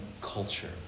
culture